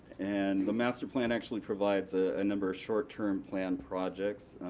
and the master plan actually provides a number of short-term plan projects,